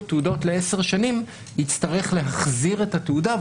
תעודות לעשר שנים יצטרך להחזיר את התעודה,